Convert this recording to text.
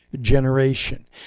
generation